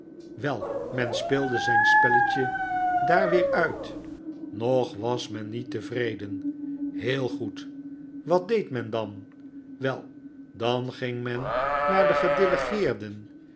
wei men speelde zijn spelletje daar weer uit nog was men niet tevreden heel goed wat deed men dan wei dan ging men naar de